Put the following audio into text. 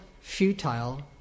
futile